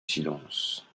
silence